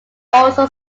also